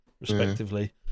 respectively